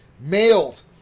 males